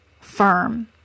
firm